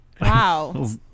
Wow